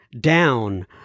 down